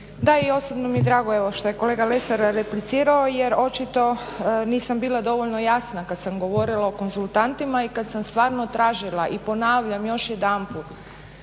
Da, i osobno mi je drago evo što je kolega Lesar replicirao jer očito nisam bila dovoljno jasna kad sam govorila o konzultantima i kad sam stvarno tražila i ponavljam još jedanput